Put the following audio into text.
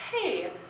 hey